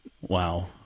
Wow